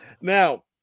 now